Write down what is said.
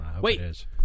Wait